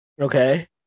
okay